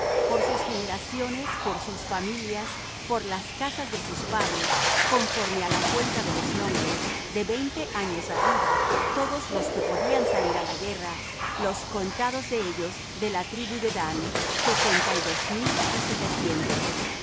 por sus generaciones por sus familias por las casas de sus padres conforme á la cuenta de los nombres de veinte años arriba todos los que podían salir á la guerra los contados de ellos de la tribu de dan sesenta y dos mil y setecientos